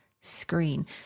screen